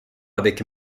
avec